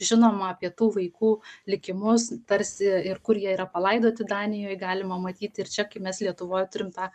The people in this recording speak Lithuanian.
žinoma apie tų vaikų likimus tarsi ir kur jie yra palaidoti danijoj galima matyti ir čia kaip mes lietuvoj turim tą